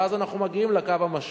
ואז אנחנו מגיעים לקו המשווה.